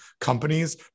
companies